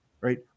Right